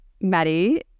Maddie